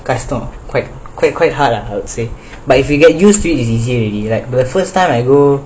kashtam quite quite quite hard lah I would say but if you get used to you is easier already right the first time I go